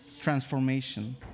transformation